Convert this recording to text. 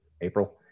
April